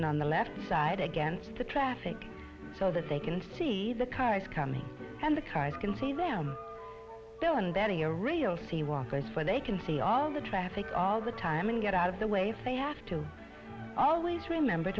and on the left side against the traffic so that they can see the cars coming and the cars can see them and they're your real see walkers for they can see all the traffic all the time and get out of the way if they have to always remember